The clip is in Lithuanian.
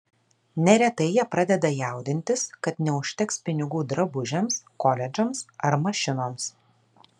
neretai jie pradeda jaudintis kad neužteks pinigų drabužiams koledžams ar mašinoms